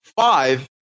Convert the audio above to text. Five